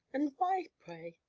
and why, pray?